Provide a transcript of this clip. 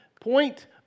Point